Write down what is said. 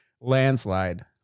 landslide